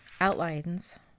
outlines